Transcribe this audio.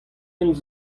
hent